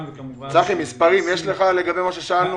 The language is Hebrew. צחי, יש לך מספרים לגבי מה ששאלנו?